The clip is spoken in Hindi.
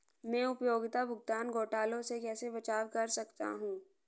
मैं उपयोगिता भुगतान घोटालों से कैसे बचाव कर सकता हूँ?